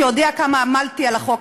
שיודע כמה עמלתי על החוק.